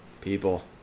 People